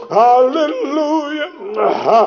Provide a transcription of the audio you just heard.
hallelujah